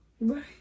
Right